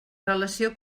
relació